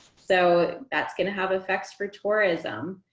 so that's going to have effects for tourism.